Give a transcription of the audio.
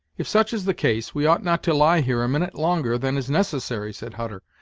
if such is the case, we ought not to lie here a minute longer than is necessary, said hutter,